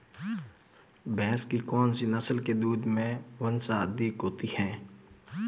भैंस की कौनसी नस्ल के दूध में वसा अधिक होती है?